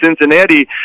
Cincinnati